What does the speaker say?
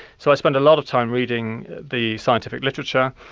so i spent a lot of time reading the scientific literature,